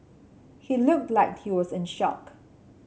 he looked like he was in shock